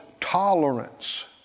tolerance